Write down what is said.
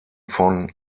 von